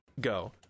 go